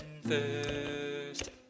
first